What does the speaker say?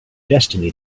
destiny